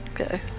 Okay